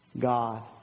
God